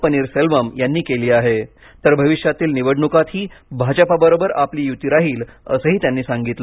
पन्नीरसेल्वम केली आहे तर भविष्यातील निवडणुकातही भाजपाबरोबर आपली युती राहील असंही त्यांनी सांगितलं